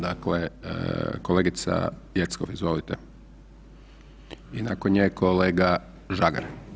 Dakle, kolegica Jeckov, izvolite i nakon nje kolega Žagar.